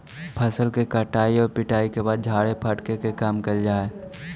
फसल के कटाई आउ पिटाई के बाद छाड़े फटके के काम कैल जा हइ